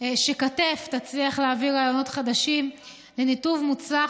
שכת"ף תצליח להביא רעיונות חדשים לניתוב מוצלח